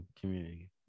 community